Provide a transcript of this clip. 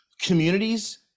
communities